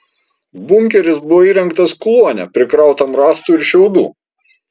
bunkeris buvo įrengtas kluone prikrautam rąstų ir šiaudų